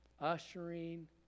ushering